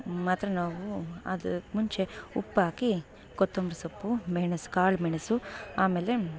ಮಾತ್ರ ನಾವು ಅದಕ್ಕೆ ಮುಂಚೆ ಉಪ್ಪಾಕಿ ಕೊತ್ತಂಬರಿ ಸೊಪ್ಪು ಮೆಣಸು ಕಾಳುಮೆಣಸು ಆಮೇಲೆ